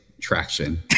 traction